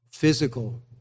physical